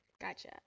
Gotcha